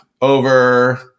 over